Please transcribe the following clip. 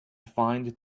find